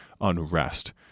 unrest